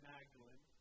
Magdalene